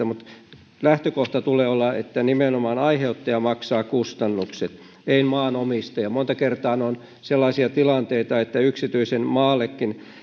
mutta lähtökohdan tulee olla että nimenomaan aiheuttaja maksaa kustannukset ei maanomistaja monta kertaa ne ovat sellaisia tilanteita että yksityisen maalle